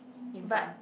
in front